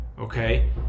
Okay